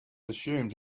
assumed